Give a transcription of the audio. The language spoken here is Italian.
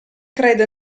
crede